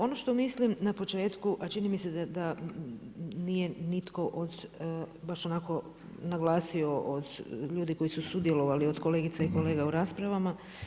Ono što mislim na početku a čini mi se da nije nitko od baš onako naglasio od ljudi koji su sudjelovali, od kolegica i kolega u raspravama.